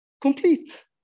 Complete